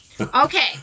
Okay